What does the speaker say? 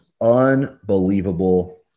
unbelievable